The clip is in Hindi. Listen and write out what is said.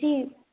जी